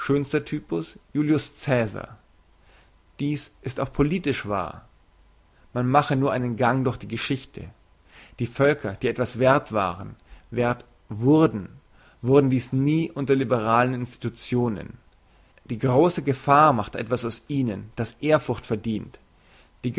typus julius caesar dies ist auch politisch wahr man mache nur seinen gang durch die geschichte die völker die etwas werth waren werth wurden wurden dies nie unter liberalen institutionen die grosse gefahr machte etwas aus ihnen das ehrfurcht verdient die